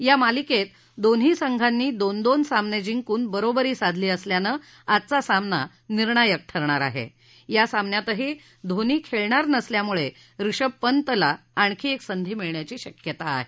या मालिकेत दोन्ही संघांनी दोन दोन सामने जिंकून बरोबरी साधली असल्यानं हा सामना निर्णायक ठरणार आहे या सामन्यातही धोनी खेळणार नसल्यानं ऋषभ पंतला आणखी एक संधी मिळण्याची शक्यता आहे